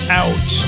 out